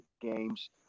games